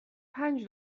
پنج